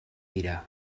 dira